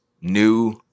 New